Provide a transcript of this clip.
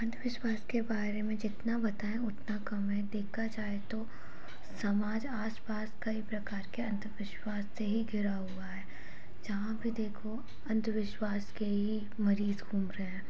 अंधविश्वास के बारे में जितना बताएँ उतना कम है देखा जाए तो समाज आसपास कई प्रकार के अंधविश्वास से ही घिरा हुआ है जहाँ भी देखो अंधविश्वास के ही मरीज़ घूम रहे हैं